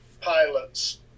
pilots